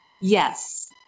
Yes